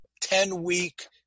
ten-week